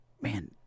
man